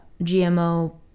GMO